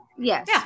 yes